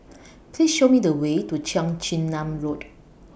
Please Show Me The Way to Cheong Chin Nam Road